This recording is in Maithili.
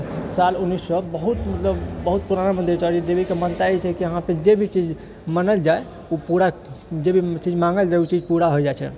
साल उन्नैस सए बहुत मतलब बहुत पुराना मंदिर छै आओर ई देवीके मान्यता छै कि यहाँ पे जे भी चीज मानल जाए जे भी चीज मानल जाए ओ पूरा होइ छै